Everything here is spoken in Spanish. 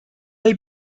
hay